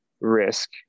risk